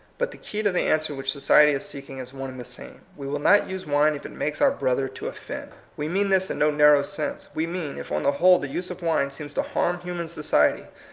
but the key to the answer which society is seeking is one and the same. we will not use wine if it makes our brother to offend. we mean this in no narrow sense. we mean, if on the whole the use of wine seems to liarm human society,